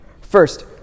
First